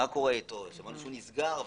שמענו שהוא נסגר,